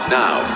now